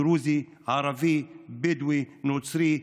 דרוזי, ערבי, בדואי, נוצרי,